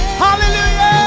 Hallelujah